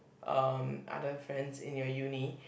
um other friends in your uni